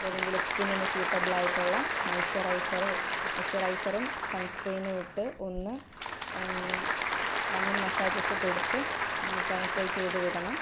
ഏതെങ്കിലും സ്കിന്നിന് സ്യുട്ടബിളായിട്ടുള്ള മോയ്സ്ച്ചുറൈസറോ മോയ്സ്ച്ചുറൈസറും സൺസ്ക്രീനും ഇട്ട് ഒന്ന് റണ്ണിങ്ങ് മസാജസ് കൊടുത്ത് പെനിട്രേറ്റ് ചെയ്ത് വിടണം